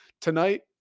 tonight